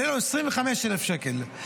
עולה לו 25,000 שקל.